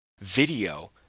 video